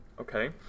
Okay